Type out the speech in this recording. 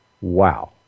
Wow